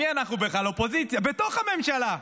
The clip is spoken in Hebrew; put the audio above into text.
מי אנחנו בכלל, אופוזיציה, בתוך הממשלה,